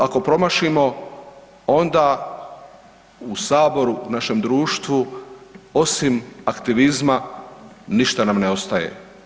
Tu ako promašimo onda u saboru, našem društvu osim aktivizma ništa nam ne ostaje.